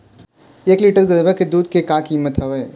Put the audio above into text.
एक लीटर गरवा के दूध के का कीमत हवए?